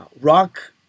rock